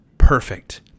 perfect